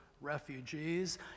refugees